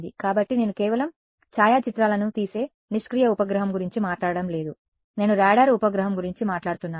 కాబట్టి నేను కేవలం ఛాయాచిత్రాలను తీసే నిష్క్రియ ఉపగ్రహం గురించి మాట్లాడటం లేదు నేను రాడార్ ఉపగ్రహం గురించి మాట్లాడుతున్నాను